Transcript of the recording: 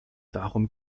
darum